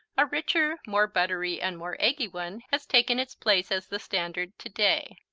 a richer, more buttery and more eggy one has taken its place as the standard today.